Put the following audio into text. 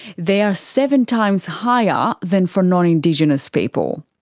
they are seven times higher than for non-indigenous people.